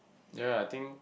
yea I think